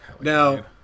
Now